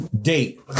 date